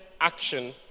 action